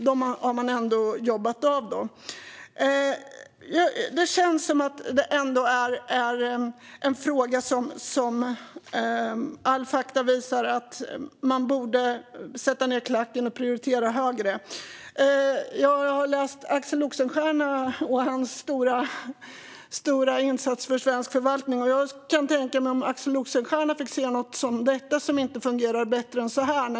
Det känns ändå som att detta är en fråga där alla fakta visar att man borde sätta ned klacken och prioritera det hela högre. Jag har läst om Axel Oxenstierna och hans stora insats för svensk förvaltning. Tänk om han hade fått se något som detta som inte fungerar bättre än så här!